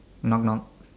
knock knock